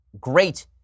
great